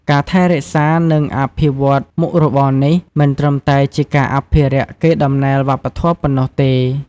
ការថែរក្សា និងអភិវឌ្ឍន៍មុខរបរនេះ មិនត្រឹមតែជាការអភិរក្សកេរដំណែលវប្បធម៌ប៉ុណ្ណោះទេ។